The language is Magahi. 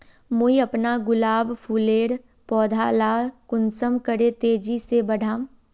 मुई अपना गुलाब फूलेर पौधा ला कुंसम करे तेजी से बढ़ाम?